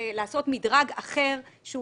לעשות מדרג אחר שהוא